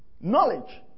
Knowledge